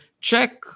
check